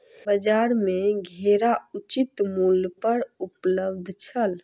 बजार में घेरा उचित मूल्य पर उपलब्ध छल